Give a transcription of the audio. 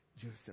Joseph